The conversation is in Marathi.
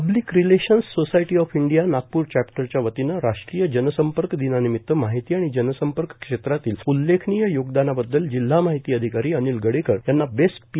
public relations society of India Nagpur चॅप्टरच्या वतीनं राष्ट्रीय जनसंपर्क दिनानिमित्त माहिती आणि जनसंपर्क क्षेत्रातील उल्लेखीनय योगदानाबद्दल जिल्हा माहिती अधिकारी अनिल गडेकर यांना बेस्ट पी